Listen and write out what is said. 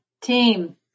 team